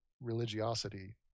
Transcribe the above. religiosity